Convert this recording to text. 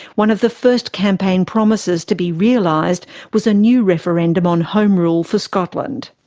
one of the first campaign promises to be realised was a new referendum on home rule for scotland.